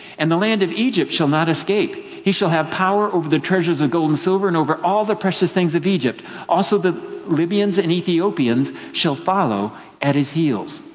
and the land of egypt shall not escape. he shall have power over the treasures of gold and silver, and over all the precious things of egypt also the libyans and ethiopians shall follow at his heels.